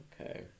okay